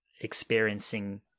experiencing